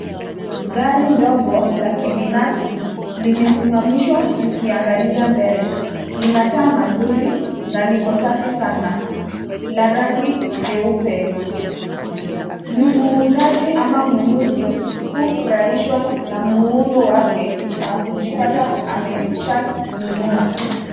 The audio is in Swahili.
Gari ndogo la kibinafsi, limesimamishwa likiangalia mbele. Lina taa mazuri na liko safi sana, la rangi jeupe. Muuzaji ama mnunuzi hufurahishwa na muundo wake, na kujipata ameshanunua.